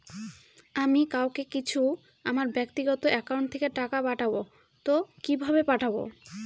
আমি কাউকে কিছু আমার ব্যাক্তিগত একাউন্ট থেকে টাকা পাঠাবো তো কিভাবে পাঠাবো?